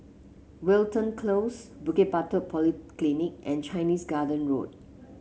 Wilton Close Bukit Batok Polyclinic and Chinese Garden Road